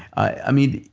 i mean,